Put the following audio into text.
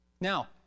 Now